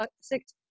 six